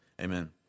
Amen